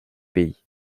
pays